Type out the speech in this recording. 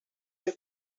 que